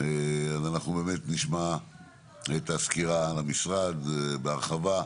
אנחנו נשמע את הסקירה על המשרד בהרחבה,